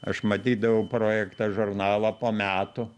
aš matydavau projektą žurnalą po metų